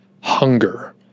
hunger